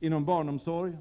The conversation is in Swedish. Inom barnomsorg,